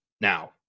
now